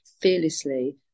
fearlessly